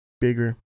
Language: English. bigger